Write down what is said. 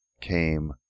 came